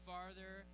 farther